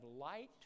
light